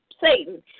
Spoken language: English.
Satan